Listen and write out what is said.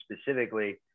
specifically